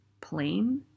Plain